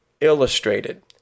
illustrated